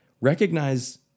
recognize